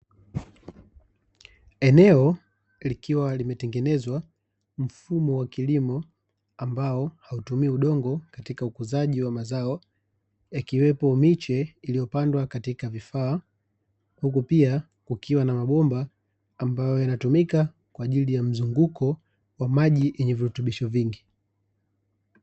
Eneo likiwa limetengeenezwa mfano wa kilimo, ambao hautumii udongo katika ukuzaji wa mazao, yakiwepo miche iliyopandwa katika vifaa, huku pia kukiwa na mabomba ambayo yanatumika kwa ajili ya mzunguko wa maji yenye virutubisho vingi.